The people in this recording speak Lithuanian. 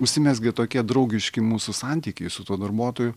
užsimezgė tokie draugiški mūsų santykiai su tuo darbuotoju